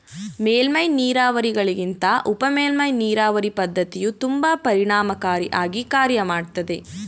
ಮೇಲ್ಮೈ ನೀರಾವರಿಗಳಿಗಿಂತ ಉಪಮೇಲ್ಮೈ ನೀರಾವರಿ ಪದ್ಧತಿಯು ತುಂಬಾ ಪರಿಣಾಮಕಾರಿ ಆಗಿ ಕಾರ್ಯ ಮಾಡ್ತದೆ